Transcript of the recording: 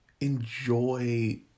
enjoy